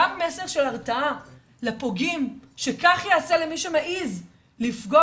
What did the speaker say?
גם מסר של הרתעה לפוגעים שכך יעשה למי שמעז לפגוע